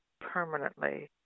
permanently